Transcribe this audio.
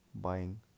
buying